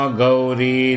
Gauri